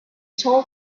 told